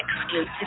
exclusive